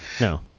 no